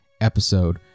episode